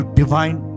divine